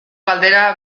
galdera